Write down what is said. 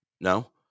no